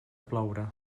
ploure